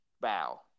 bow